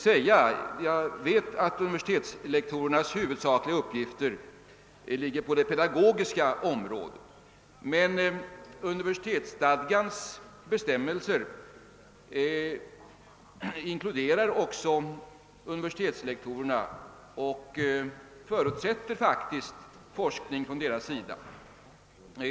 Jag vet att universitetslektorernas huvudsakliga uppgifter ligger på det pedagogiska planet, men universitetsstadgans bestämmelser avser också universitetslektorerna och förutsätter faktiskt forskning från deras sida.